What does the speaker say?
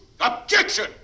Objection